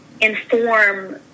inform